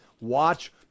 Watch